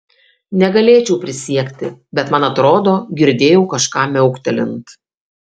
negalėčiau prisiekti bet man atrodo girdėjau kažką miauktelint